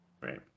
Right